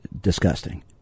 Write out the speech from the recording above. disgusting